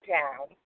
down